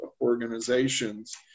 organizations